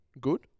good